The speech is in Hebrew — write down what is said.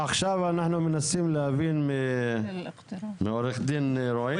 עכשיו אנחנו מנסים להבין מעורך דין רועי